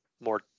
more